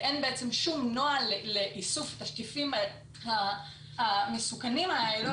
אין בעצם שום נוהל לאיסוף התשטיפים המסוכנים האלו,